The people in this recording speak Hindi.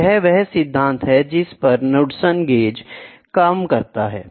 तो यह वह सिद्धांत है जिस पर नुड्सन गेज काम करता है